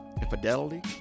infidelity